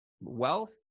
Wealth